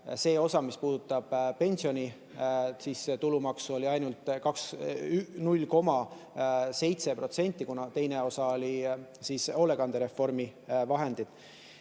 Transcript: see osa, mis puudutab pensioni tulumaksu, oli ainult 0,7%, kuna teine osa olid hoolekandereformi vahendid.